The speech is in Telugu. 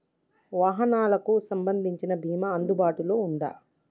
వాహనాలకు సంబంధించిన బీమా అందుబాటులో ఉందా?